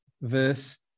Verse